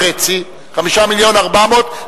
5.4 מיליון,